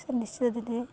ସେ ନିଶ୍ଚିତ ଯଦି